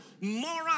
moral